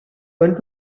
want